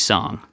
Song